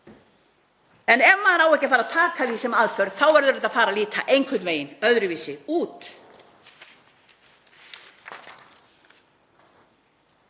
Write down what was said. En ef maður á ekki að taka því sem aðför þá verður þetta að fara að líta einhvern veginn öðruvísi út.